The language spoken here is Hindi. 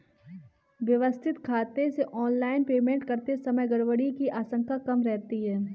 व्यवस्थित खाते से ऑनलाइन पेमेंट करते समय गड़बड़ी की आशंका कम रहती है